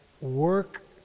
work